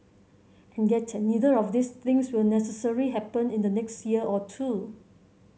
and yet neither of these things will necessary happen in the next year or two